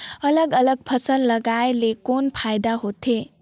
अलग अलग फसल लगाय ले कौन फायदा होथे?